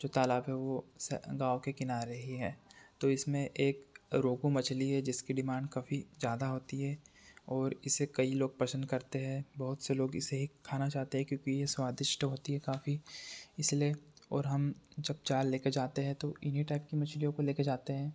जो तालाब है वो गाँव के किनारे ही है तो इसमें एक रोहू मछली है जिसकी डिमांड काफ़ी ज़्यादा होती है और इसे कई लोग पसंद करते हैं बहुत से लोग इसे ही खाना चाहते है क्योंकि ये स्वादिष्ट होती है काफ़ी इसलिए और हम जब जाल लेके जाते हैं तो इन्हीं टाइप की मछलियों को लेके जाते हैं